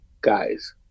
guys